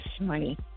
money